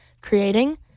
creating